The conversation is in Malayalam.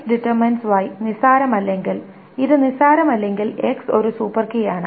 X Y നിസ്സാരമല്ലെങ്കിൽ ഇത് നിസ്സാരമല്ലെങ്കിൽ X ഒരു സൂപ്പർ കീ ആണ്